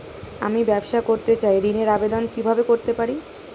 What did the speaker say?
আমি ব্যবসা করতে চাই ঋণের আবেদন কিভাবে করতে পারি?